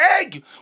egg